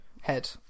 Head